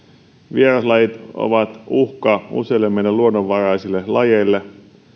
vieraslajit ovat uhka useille meidän luonnonvaraisille lajeillemme